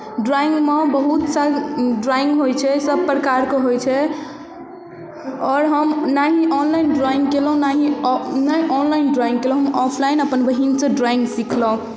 ड्रॉइंगमे ओ बहुत सारा ड्रॉइंग होइ छै सभप्रकारके होइ छै आओर हम ना ही ऑनलाइन ड्रॉइंग केलहुँ ना ही ऑनलाइन ड्रॉइंग केलहुँ हम ऑफलाइन अपन बहिनसँ ड्रॉइंग सीखलहुँ